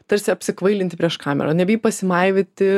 tarsi apsikvailinti prieš kamerą nebijai pasimaivyti